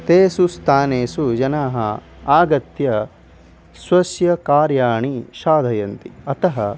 तेषु स्थानेषु जनाः आगत्य स्वस्य कार्याणि श्रावयन्ति अतः